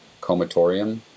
comatorium